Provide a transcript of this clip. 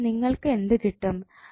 അപ്പോൾ നിങ്ങൾക്ക് എന്ത് കിട്ടും